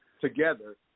together